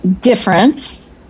difference